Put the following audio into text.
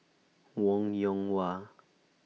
Wong Yoon Wah